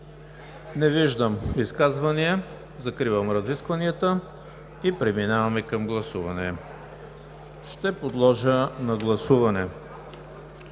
Не виждам. Закривам разискванията и преминаваме към гласуване. Ще подложа на гласуване